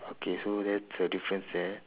okay so that's a difference there